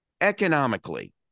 Economically